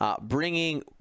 bringing